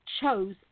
chose